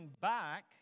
back